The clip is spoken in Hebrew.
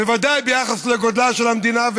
בוודאי ביחס לגודלה של המדינה,